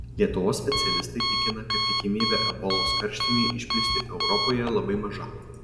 lietuvos specialistai tikina kad tikimybė ebolos karštinei išplisti europoje labai maža